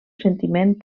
sentiment